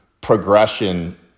progression